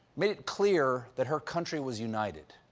made it clear that her country was united.